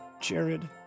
Jared